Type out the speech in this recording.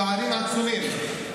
פערים עצומים.